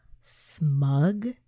smug